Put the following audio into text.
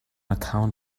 account